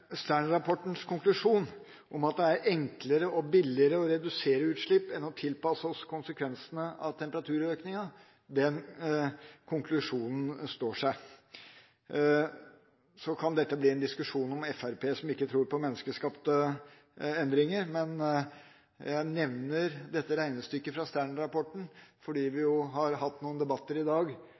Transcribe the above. Stern-rapportens konklusjon, at det er enklere og billigere å redusere utslipp enn å tilpasse oss konsekvensene av temperaturøkningen, står seg. Så kan dette bli en diskusjon om Fremskrittspartiet, som ikke tror på menneskeskapte endringer. Jeg nevner regnestykket fra Stern-rapporten fordi vi har hatt noen debatter i dag